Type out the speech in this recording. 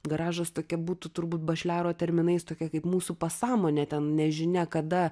garažas tokia būtų turbūt bašliaro terminais tokia kaip mūsų pasąmonė ten nežinia kada